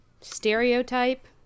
stereotype